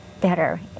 better